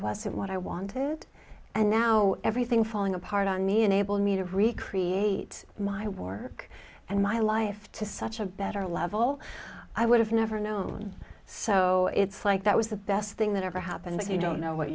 wasn't what i wanted and now everything falling apart on me unable me to recreate my work and my life to such a better level i would have never known so it's like that was the best thing that ever happened that you don't know what